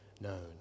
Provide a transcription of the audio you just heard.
known